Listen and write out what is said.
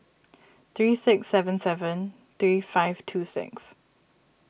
three six seven seven three five two six